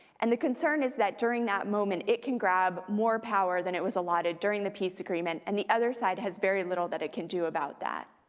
and the concern is that during that moment, it can grab more power than it was allotted during the peace agreement, and the other side has very little that it can do about that.